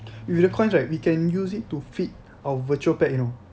with the coins right we can use it to feed our virtual pet you know